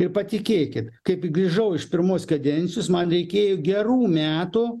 ir patikėkit kaip grįžau iš pirmos kadencijos man reikėjo gerų metų